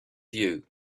view